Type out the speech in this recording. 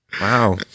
Wow